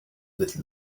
with